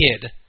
kid